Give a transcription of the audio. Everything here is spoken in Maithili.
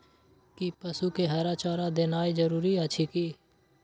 कि पसु के हरा चारा देनाय जरूरी अछि की?